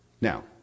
Now